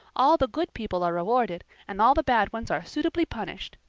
all the good people are rewarded and all the bad ones are suitably punished.